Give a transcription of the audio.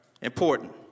important